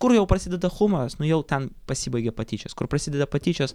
kur jau prasideda humoras nu jau ten pasibaigia patyčios kur prasideda patyčios